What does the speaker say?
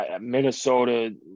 Minnesota